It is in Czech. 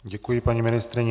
Děkuji paní ministryni.